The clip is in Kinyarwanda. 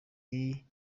yabaga